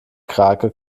krake